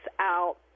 out